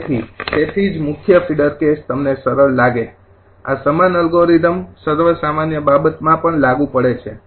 તેથી તેથી જ મુખ્ય ફીડર કેસ તમને સરળ લાગે આ સમાન અલ્ગોરિધમ સર્વસામાન્ય બાબતમાં પણ લાગુ પડે છે